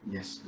Yes